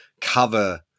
cover